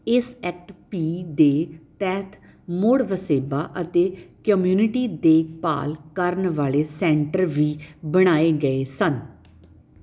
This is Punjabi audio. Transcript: ਇਸ ਐਕਟ ਪੀ ਦੇ ਤਹਿਤ ਮੁੜ ਵਸੇਬਾ ਅਤੇ ਕਮਿਊਨਿਟੀ ਦੇਖਭਾਲ ਕਰਨ ਵਾਲੇ ਸੈਂਟਰ ਵੀ ਬਣਾਏ ਗਏ ਸਨ